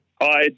Hi